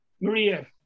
Maria